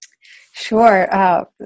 Sure